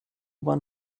bahn